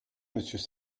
monsieur